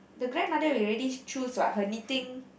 the grandmother we already choose what her knitting